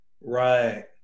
Right